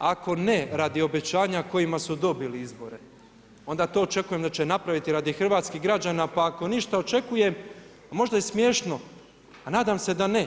Ako ne radi obećanja kojima su dobili izbore, onda to očekujem da će napraviti radi hrvatskih građana, pa ako ništa, očekujem a možda je i smiješno, a nadam se da ne